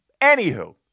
Anywho